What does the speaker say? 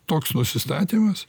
toks nusistatymas